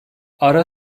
ara